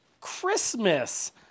Christmas